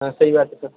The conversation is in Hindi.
हाँ सही बात है सर